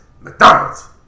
McDonald's